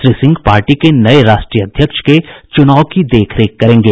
Shri Singh party के नये राष्ट्रीय अध्यक्ष के चुनाव की देखरेख करेंगे